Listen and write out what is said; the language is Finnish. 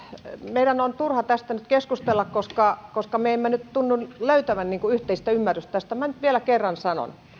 meidän on turha tästä nyt keskustella koska koska me emme nyt tunnu löytävän yhteistä ymmärrystä tästä nyt vielä kerran sanon